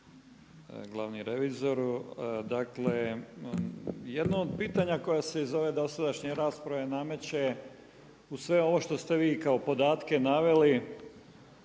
Hvala.